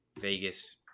Vegas